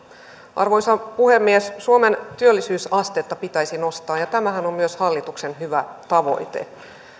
arvoisa puhemies suomen työllisyysastetta pitäisi nostaa ja tämähän on on myös hallituksen hyvä tavoite